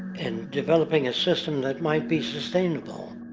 and developing a system that might be sustainable,